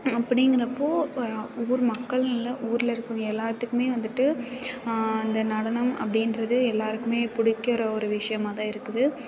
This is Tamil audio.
அப்படிங்கிறப்போ ஊர் மக்கள் இல்லை ஊரில் இருக்கிறவங்க எல்லாத்துக்கும் வந்துட்டு இந்த நடனம் அப்படின்றது எல்லோருக்குமே பிடிக்கிற ஒரு விஷயமா தான் இருக்குது